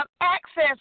access